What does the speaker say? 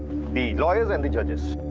the lawyers and the judges.